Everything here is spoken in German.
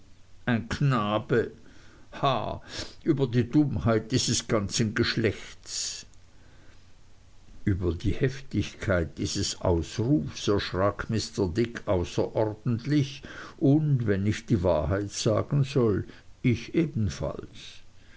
ein knabe ha über die dummheit dieses ganzen geschlechts über die heftigkeit dieses ausrufs erschrak mr dick außerordentlich und wenn ich die wahrheit sagen soll ich ebenfalls